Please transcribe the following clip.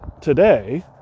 today